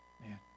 Man